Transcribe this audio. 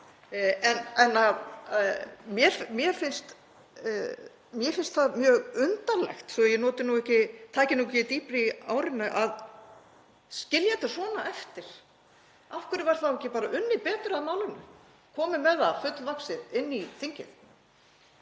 Mér finnst það mjög undarlegt, svo að ég taki nú ekki dýpra í árinni, að skilja þetta svona eftir. Af hverju var ekki bara unnið betur að málinu, komið með það fullvaxið inn í þingið?